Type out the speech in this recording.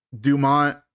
Dumont